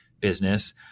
business